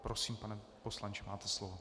Prosím, pane poslanče, máte slovo.